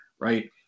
right